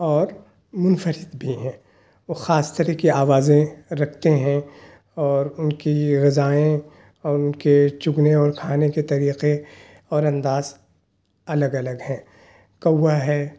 اور منفرد بھی ہیں وہ خاص طرح کی آوازیں رکھتے ہیں اور ان کی غذائیں اور ان کے چغنے اور کھانے کے طریقے اور انداز الگ الگ ہیں کوا ہے